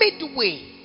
Midway